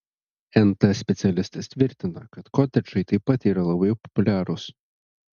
nt specialistas tvirtina kad kotedžai taip pat yra labai populiarūs